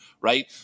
right